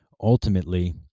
ultimately